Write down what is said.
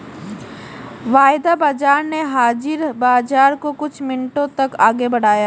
वायदा बाजार ने हाजिर बाजार को कुछ मिनटों तक आगे बढ़ाया